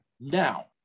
now